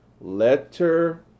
Letter